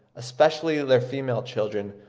especially their female children,